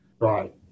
right